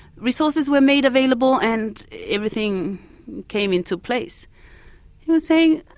resources were made available and everything came into place. he was saying,